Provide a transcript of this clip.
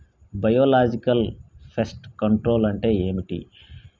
Biological pest control అంటే ఏమిటి?